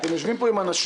אתם יושבים פה עם אנשים.